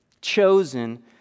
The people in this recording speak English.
Chosen